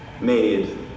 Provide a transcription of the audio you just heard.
made